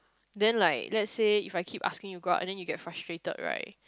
then like let's say if I keep asking you to go out and then you get frustrated right